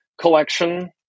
collection